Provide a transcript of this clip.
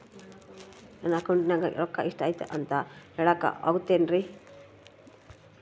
ನನ್ನ ಅಕೌಂಟಿನ್ಯಾಗ ರೊಕ್ಕ ಎಷ್ಟು ಐತಿ ಅಂತ ಹೇಳಕ ಆಗುತ್ತೆನ್ರಿ?